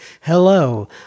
hello